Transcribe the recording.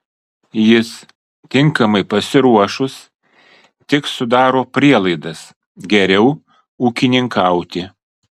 jis tinkamai pasiruošus tik sudaro prielaidas geriau ūkininkauti